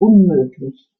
unmöglich